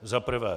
Za prvé.